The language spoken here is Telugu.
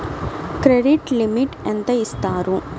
క్రెడిట్ లిమిట్ ఎంత ఇస్తారు?